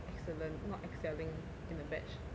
excellent not excelling in the batch